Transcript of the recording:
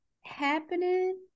happening